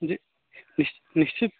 जी निश्चित